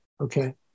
Okay